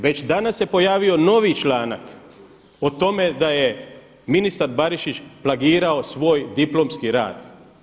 Već danas se pojavio novi članak o tome da je ministar Barišić plagirao svoj diplomski rad.